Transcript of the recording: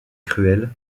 cruel